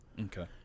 Okay